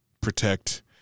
protect